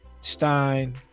Stein